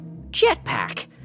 Jetpack